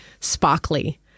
sparkly